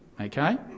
okay